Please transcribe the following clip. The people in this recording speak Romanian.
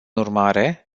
urmare